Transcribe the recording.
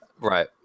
Right